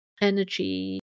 energy